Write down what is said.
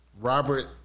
Robert